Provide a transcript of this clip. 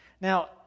Now